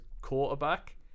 quarterback